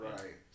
Right